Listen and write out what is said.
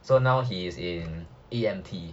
so now he is in a E_M_T